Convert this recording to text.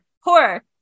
horror